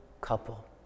couple